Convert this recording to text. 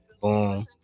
boom